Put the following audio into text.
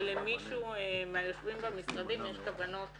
שלמישהו מהיושבים במשרדים יש כוונות